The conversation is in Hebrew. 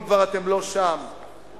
אם אתם לא שם כבר.